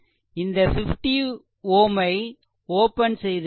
இந்த 50 Ω ஐ ஓப்பன் செய்துவிட்டோம்